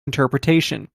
interpretation